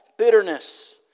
bitterness